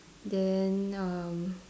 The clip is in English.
then um